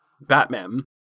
Batman